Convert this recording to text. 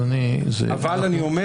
אבל אני אומר